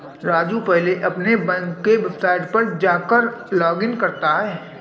राजू पहले अपने बैंक के वेबसाइट पर जाकर लॉगइन करता है